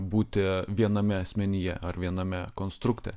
būti viename asmenyje ar viename konstrukte